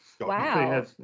Wow